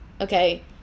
Okay